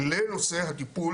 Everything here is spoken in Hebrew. לנושא הטיפול